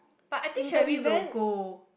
but I think Cherry will go